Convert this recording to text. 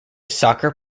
soccer